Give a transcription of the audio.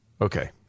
okay